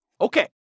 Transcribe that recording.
Okay